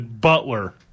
Butler